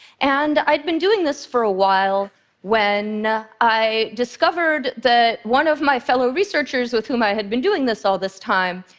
and i'd been doing this for a while when i discovered that one of my fellow researchers, with whom i had been doing this all this time,